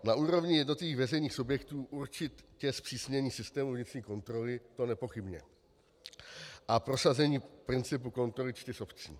Na úrovni jednotlivých veřejných subjektů určitě zpřísnění systému vnitřní kontroly, to nepochybně, a prosazení principu kontroly čtyř obcí.